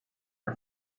her